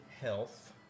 health